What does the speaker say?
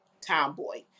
Tomboy